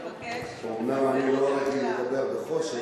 אומנם אני לא רגיל לדבר בחושך,